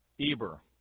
Eber